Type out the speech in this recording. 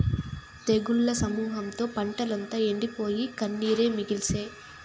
తెగుళ్ల సమూహంతో పంటంతా ఎండిపోయి, కన్నీరే మిగిల్సే